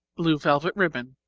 blue velvet ribbon.